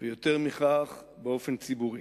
ויותר מכך, באופן ציבורי,